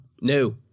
No